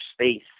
space